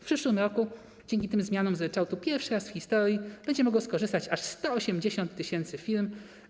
W przyszłym roku dzięki tym zmianom z ryczałtu pierwszy raz w historii będzie mogło skorzystać aż 180 tys. firm.